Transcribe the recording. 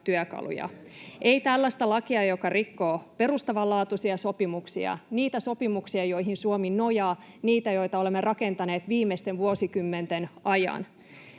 tällaista lakia, joka rikkoo perustavanlaatuisia sopimuksia, niitä sopimuksia, joihin Suomi nojaa, niitä, joita olemme rakentaneet viimeisten vuosikymmenten ajan.